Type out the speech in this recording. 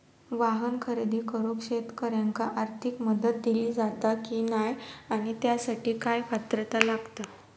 वाहन खरेदी करूक शेतकऱ्यांका आर्थिक मदत दिली जाता की नाय आणि त्यासाठी काय पात्रता लागता?